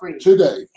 today